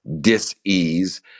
dis-ease